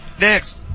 Next